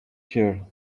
her